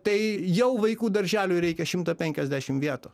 tai jau vaikų darželiui reikia šimto penkiasdešim vietų